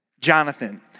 Jonathan